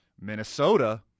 Minnesota